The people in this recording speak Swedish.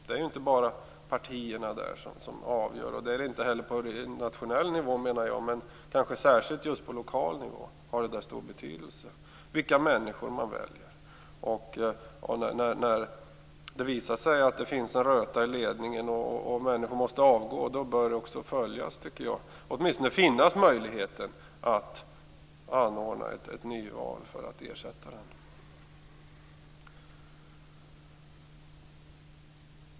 Det är inte bara partierna som avgör. Det är det inte heller på nationell nivå, menar jag. Men just på lokal nivå har det kanske särskilt stor betydelse vilka människor man väljer. När det visar sig att det finns en röta i ledningen och att människor måste avgå, då bör det också följas upp. Det bör åtminstone finnas en möjlighet att anordna ett nyval för att ersätta ledningen.